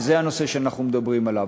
וזה הנושא שאנחנו מדברים עליו.